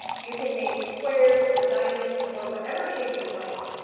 you can make squares or diamonds or whatever shape you'd like.